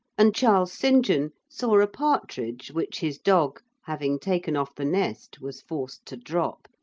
and charles st. john saw a partridge, which his dog, having taken off the nest, was forced to drop,